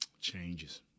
Changes